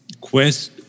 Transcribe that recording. quest